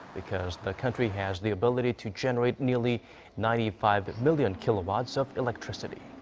because the country has the ability to generate nearly ninety five million kilowatts of electricity.